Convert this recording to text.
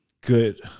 Good